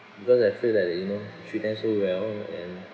because I feel like that you know treat them so well and